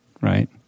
right